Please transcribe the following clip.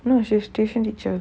no she's tuition teacher